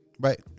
Right